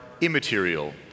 immaterial